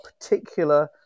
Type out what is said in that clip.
particular